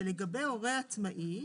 ולגבי הורה עצמאי,